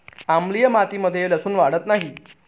आम्लीय मातीमध्ये लसुन वाढत नाही